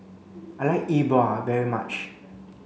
I like E Bua very much